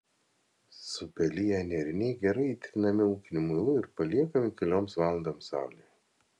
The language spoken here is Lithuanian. supeliję nėriniai gerai įtrinami ūkiniu muilu ir paliekami kelioms valandoms saulėje